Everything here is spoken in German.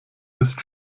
ist